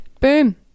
Boom